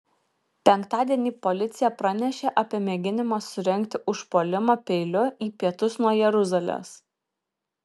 penktadienį policija pranešė apie mėginimą surengti užpuolimą peiliu į pietus nuo jeruzalės